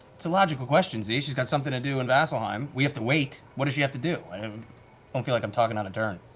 it's a logical question, see, she's got something to do in vasselheim, we have to wait, what does she have to do? i don't feel like i'm talking out of turn.